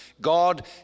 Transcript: God